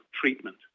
treatment